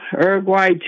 Uruguay